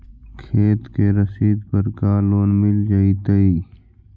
खेत के रसिद पर का लोन मिल जइतै?